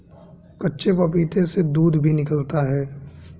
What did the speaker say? कच्चे पपीते से दूध भी निकलता है